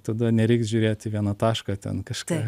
tada nereiks žiūrėti į vieną tašką ten kažką